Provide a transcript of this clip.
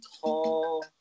tall